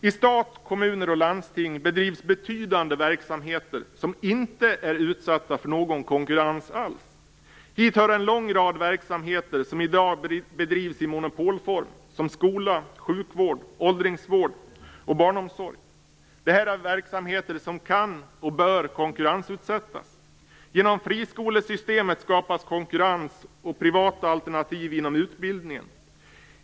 I stat, kommuner och landsting bedrivs betydande verksamheter som inte är utsatta för någon konkurrens alls. Hit hör en lång rad verksamheter som i dag bedrivs i monopolform, som skola, sjukvård, åldringsvård och barnomsorg. Detta är verksamheter som kan och bör konkurrensutsättas. Genom friskolesystemet skapas konkurrens och privata alternativ inom utbildningen.